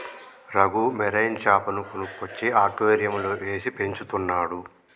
Raghu marine చాపను కొనుక్కొచ్చి అక్వేరియంలో వేసి పెంచుతున్నాడు